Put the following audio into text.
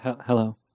Hello